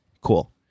Cool